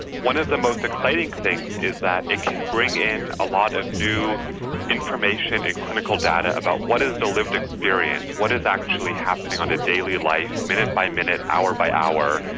one of the most exciting things is that it can bring in a lot of new information and clinical data about what is the lived experience, what is actually happening on a daily life, minute by minute, hour by hour,